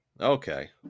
okay